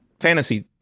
fantasy